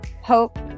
hope